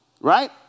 right